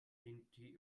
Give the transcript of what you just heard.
sinti